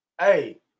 Hey